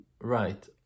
right